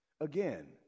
Again